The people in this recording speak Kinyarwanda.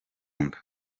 nda